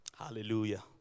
Hallelujah